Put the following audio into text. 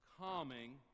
calming